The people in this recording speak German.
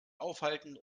aufhalten